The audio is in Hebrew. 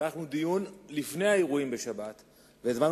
ערכנו דיון לפני האירועים בשבת והזמנו